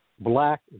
Black